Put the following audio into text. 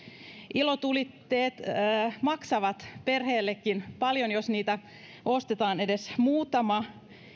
ilotulitteet maksavat perheellekin paljon jos niitä ostetaan edes muutama